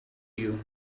you